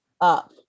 up